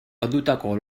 ondutako